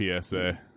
PSA